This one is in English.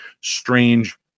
strange